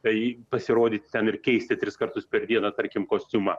tai pasirodyt ten ir keisti tris kartus per dieną tarkim kostiumą